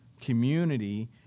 community